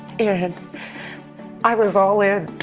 and i was all in.